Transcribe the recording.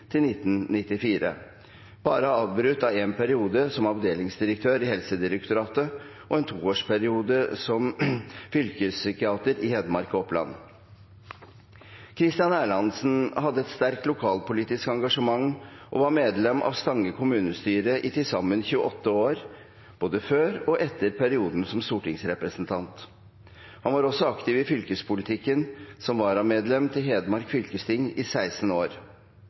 til 1994, bare avbrutt av en periode som avdelingsdirektør i Helsedirektoratet og en toårsperiode som fylkespsykiater i Hedmark og Oppland. Christian Erlandsen hadde et sterkt lokalpolitisk engasjement og var medlem av Stange kommunestyre i til sammen 28 år – både før og etter periodene som stortingsrepresentant. Han var også aktiv i fylkespolitikken som varamedlem til Hedmark fylkesting i 16 år.